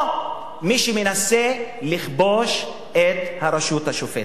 או מי שמנסה לכבוש את הרשות השופטת.